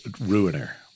ruiner